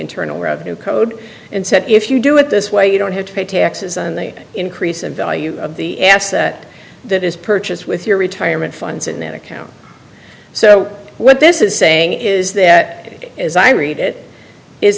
internal revenue code and said if you do it this way you don't have to pay taxes on the increase in value of the asset that is purchased with your retirement funds in that account so what this is saying is that it is i read it is